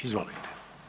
Izvolite.